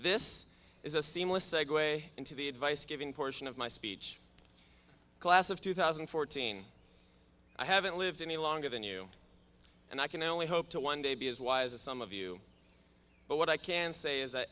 this is a seamless segue into the advice giving portion of my speech class of two thousand and fourteen i haven't lived any longer than you and i can only hope to one day be as wise as some of you but what i can say is that